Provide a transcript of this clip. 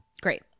Great